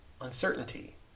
uncertainty